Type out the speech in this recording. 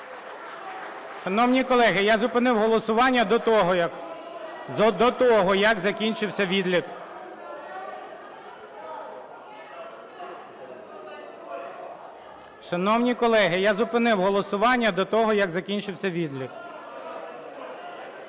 Шановні колеги, я зупинив голосування до того, як закінчився відлік.